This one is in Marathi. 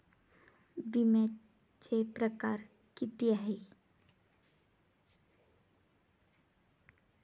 बिम्याचे परकार कितीक हाय?